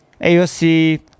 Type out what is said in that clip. AOC